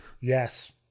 Yes